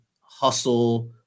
hustle